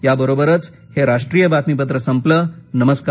या बरोबरच हे राष्ट्रीय बातमीपत्र संपलं नमस्कार